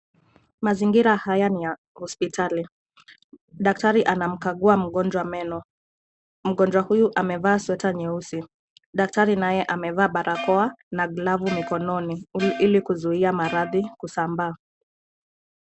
Mazingira haya ni ya hosipitali. Daktari anamkagua mgonjwa meno. Mgonjwa huyu amevaa sweta nyeusi. Daktari naye amevaa barakoa na glavu mikononi ili kuzuia maradhi kusambaa.